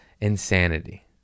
Insanity